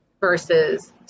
versus